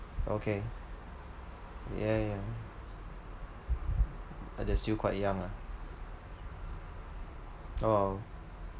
okay yeah yeah but they are still quite young ah oh